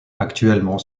actuellement